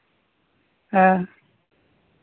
ᱦᱮᱸ